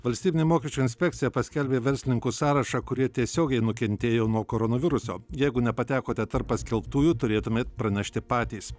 valstybinė mokesčių inspekcija paskelbė verslininkų sąrašą kurie tiesiogiai nukentėjo nuo koronaviruso jeigu nepatekote tarp paskelbtųjų turėtumėt pranešti patys